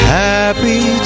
happy